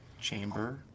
chamber